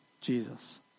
Jesus